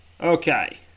Okay